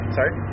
Sorry